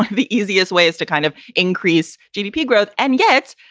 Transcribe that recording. the easiest way is to kind of increase gdp growth. and yet,